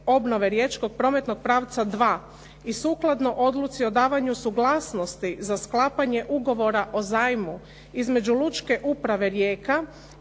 obnove riječkog prometnog pravca 2 i sukladno odluci o davanju suglasnosti za sklapanje ugovora o zajmu između lučke uprave Rijeka